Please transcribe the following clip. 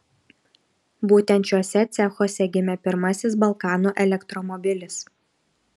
būtent šiuose cechuose gimė pirmasis balkanų elektromobilis